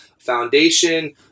foundation